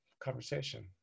conversation